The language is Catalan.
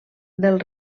del